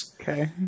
Okay